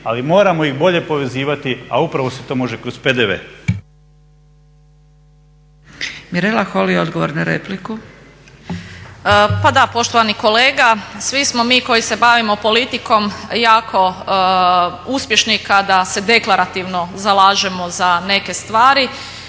ali moramo ih bolje povezivati, a upravo se to može kroz PDV. **Zgrebec, Dragica (SDP)** Mirela Holy, odgovor na repliku. **Holy, Mirela (ORaH)** Pa da, poštovani kolega. Svi smo mi koji se bavimo politikom jako uspješni kada se deklarativno zalažemo za neke stvari.